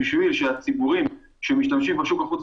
בשביל שהציבורים שמשתמשים בשוק החוץ